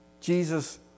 Jesus